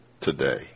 today